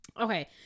okay